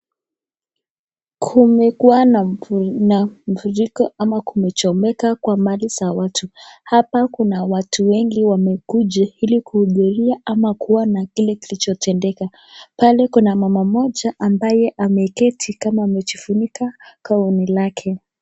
Kumekuwa na mvunjiko ama kumechomeka kwa mali za watu, hapa kuna watu wengi wamekuja ili kuhudhuria ama kuona kilichotendeka. pale kuna mama mmoja ambaye ameketi kama amejifunika gauni lake.